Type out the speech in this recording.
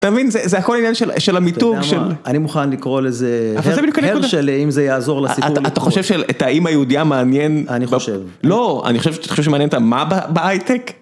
אתה מבין, זה הכל עניין של המיתוג של... אתה יודע מה, אני מוכן לקרוא לזה הרשלה אם זה יעזור לסיפור. -אבל זה בדיוק הנקודה. אתה חושב שאת האמא היהודייה מעניין? -אני חושב. -לא, אני חושב, אתה חושב שמעניין אותה מה בהייטק?